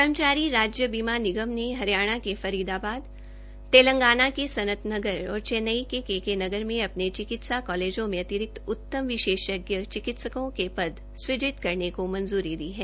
कर्मचारी राज्य बीमा निगम ने हरियाणा के तेलंगाना के सनत नगर और चेन्नई के के के नगर में अ ने चिकित्सा कॉलेजों में अतिरिक्त उत्तम विशेषज्ञ चिकित्सकों के द सृजित करने की मंजूरी दी है